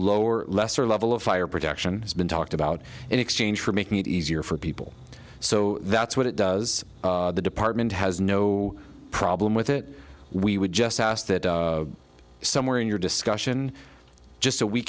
lower lesser level of fire protection has been talked about in exchange for making it easier for people so that's what it does the department has no problem with it we would just pass that somewhere in your discussion just so we